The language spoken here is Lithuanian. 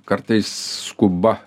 kartais skuba